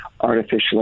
artificially